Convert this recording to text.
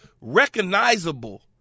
recognizable